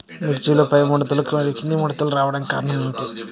మిర్చిలో పైముడతలు మరియు క్రింది ముడతలు రావడానికి కారణం ఏమిటి?